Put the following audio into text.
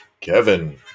Kevin